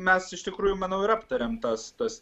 mes iš tikrųjų manau ir aptariam tas tas